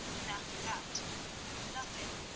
and after that nothing.